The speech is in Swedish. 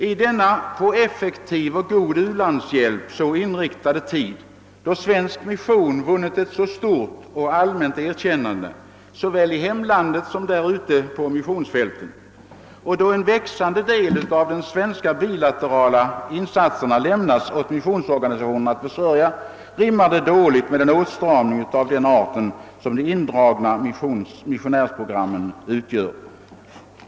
I denna på effektiv och god u-landshjälp så inriktade tid, då svensk mission vunnit ett så stort och allmänt erkännande såväl i hemlandet som där ute på missionsfälten och då en växande del av de svenska bilaterala insatserna lämnas åt missionsorganisationerna att besörja, rimmar en sådan indragning som skett i fråga om missionärsprogrammen dåligt med den allmänna utvecklingen på området.